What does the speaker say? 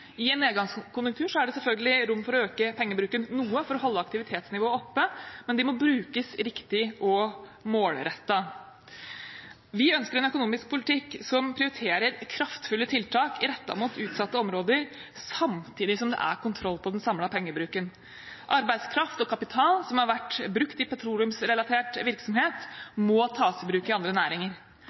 I en nedgangskonjunktur er det selvfølgelig rom for å øke pengebruken noe for å holde aktivitetsnivået oppe, men pengene må brukes riktig og målrettet. Vi ønsker en økonomisk politikk som prioriterer kraftfulle tiltak rettet mot utsatte områder, samtidig som det er kontroll på den samlede pengebruken. Arbeidskraft og kapital som har vært brukt i petroleumsrelatert virksomhet, må tas i bruk i andre næringer.